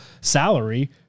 salary